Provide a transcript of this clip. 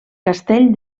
castell